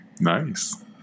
Nice